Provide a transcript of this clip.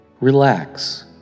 Relax